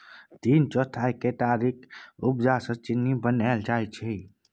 तीन चौथाई केतारीक उपजा सँ चीन्नी बनाएल जाइ छै